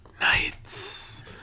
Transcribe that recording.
Nights